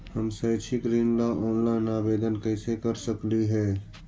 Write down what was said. हम शैक्षिक ऋण ला ऑनलाइन आवेदन कैसे कर सकली हे?